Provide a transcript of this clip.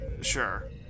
Sure